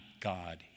God